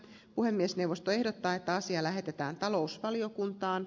puhemiesneuvosto ehdottaa että asia lähetetään talousvaliokuntaan